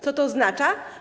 Co to oznacza?